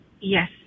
Yes